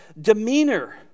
demeanor